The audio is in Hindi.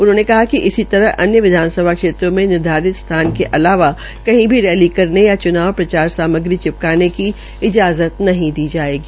उन्होंने कहा कि इसी तहर अन्य विधानसभा क्षेत्रों में निर्धारित स्थान के अलावा कही भी रैली करने या चूनाव प्रचार समाग्री चिपकाने की इजाज़त नहीं दी जायेगी